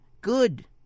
good